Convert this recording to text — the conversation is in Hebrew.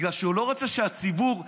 בגלל שהוא לא רוצה שהציבור יכריע.